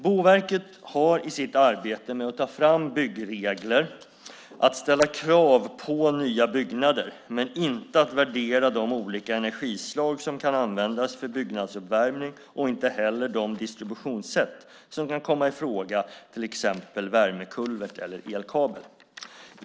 Boverket har i sitt arbete med att ta fram byggregler att ställa krav på nya byggnader men inte att värdera de olika energislag som kan användas för byggnadsuppvärmning och inte heller de distributionssätt som kan komma i fråga, till exempel värmekulvert eller elkabel.